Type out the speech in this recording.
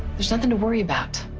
there's nothing to worry about.